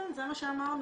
זה מה שאמרנו,